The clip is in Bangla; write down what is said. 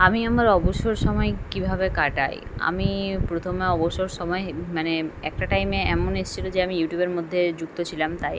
আমি আমার অবসর সময় কীভাবে কাটাই আমি প্রথমে অবসর সমায় মানে একটা টাইমে এমন এসছিলো যে আমি ইউটিউবের মধ্যে যুক্ত ছিলাম তাই